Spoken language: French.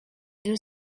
deux